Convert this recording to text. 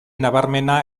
nabarmena